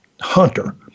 hunter